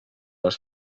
les